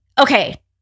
okay